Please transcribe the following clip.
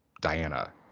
Diana